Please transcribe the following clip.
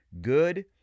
good